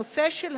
הנושא של